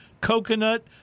coconut